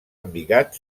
embigat